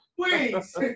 Please